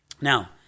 Now